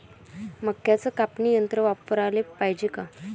मक्क्याचं कापनी यंत्र वापराले पायजे का?